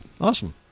Awesome